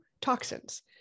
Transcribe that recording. toxins